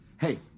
Hey